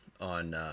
on